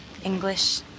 English